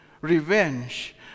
revenge